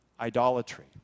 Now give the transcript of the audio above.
idolatry